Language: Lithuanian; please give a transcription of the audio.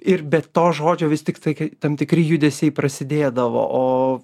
ir bet to žodžio vis tiktai tam tikri judesiai prasidėdavo o